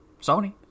sony